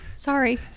Sorry